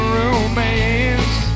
romance